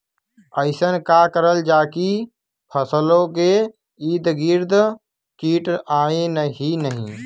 अइसन का करल जाकि फसलों के ईद गिर्द कीट आएं ही न?